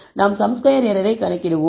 நாம் sum square எரரை கணக்கிடுவோம்